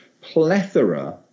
plethora